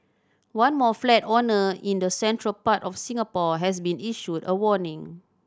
one more flat owner in the central part of Singapore has been issued a warning